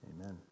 Amen